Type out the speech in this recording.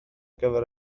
gyfer